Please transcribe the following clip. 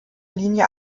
linie